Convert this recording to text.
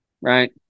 right